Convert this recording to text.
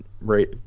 right